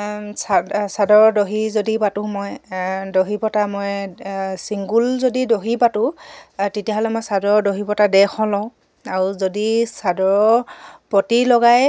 চাদৰৰ দহি যদি বাতোঁ মই দহি বতা মই ছিংগুল যদি দহি পাতোঁ তেতিয়াহ'লে মই চাদৰৰ দহি বতা দেৰশ লওঁ আৰু যদি চাদৰ পটি লগাই